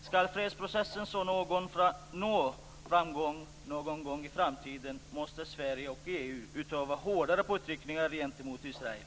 Skall fredsprocessen nå framgång någon gång i framtiden måste Sverige och EU utöva hårdare påtryckningar gentemot Israel.